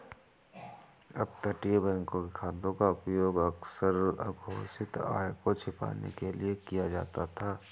अपतटीय बैंकों के खातों का उपयोग अक्सर अघोषित आय को छिपाने के लिए किया जाता था